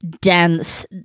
dense